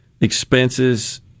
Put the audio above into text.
expenses